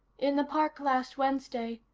in the park last wednesday.